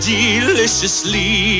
deliciously